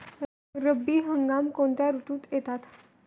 रब्बी हंगाम कोणत्या ऋतूत येतात?